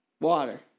water